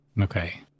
Okay